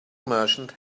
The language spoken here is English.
merchant